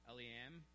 Eliam